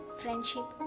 friendship